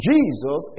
Jesus